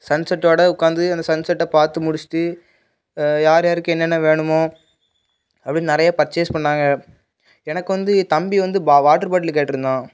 சன்செட்டோட உக்காந்து அந்த சன்செட்டை பார்த்து முடிச்சுட்டு யார் யாருக்கு என்னென்ன வேணுமோ அப்படியே நிறைய பர்ச்சேஸ் பண்ணாங்க எனக்கு வந்து தம்பி வந்து வாட்டர் பாட்டில் கேட்டுருந்தான்